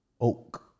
oak